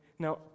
Now